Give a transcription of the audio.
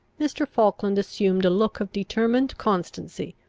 mr. falkland assumed a look of determined constancy,